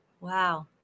Wow